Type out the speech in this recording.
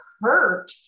hurt